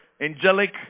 angelic